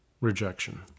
rejection